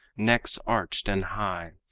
necks arched and high,